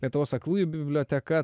lietuvos aklųjų biblioteka